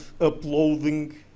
uploading